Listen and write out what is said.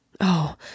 Oh